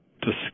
discuss